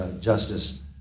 Justice